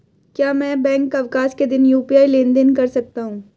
क्या मैं बैंक अवकाश के दिन यू.पी.आई लेनदेन कर सकता हूँ?